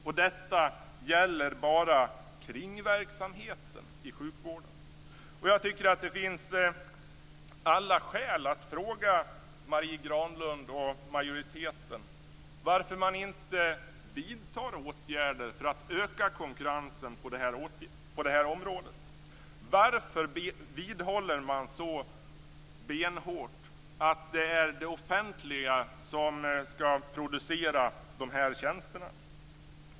Och detta gäller alltså bara kringverksamheten i sjukvården. Jag tycker att det finns alla skäl att fråga Marie Granlund och majoriteten varför man inte vidtar åtgärder för att öka konkurrensen på det här området. Varför vidhåller man så benhårt att det är det offentliga som skall producera dessa tjänster?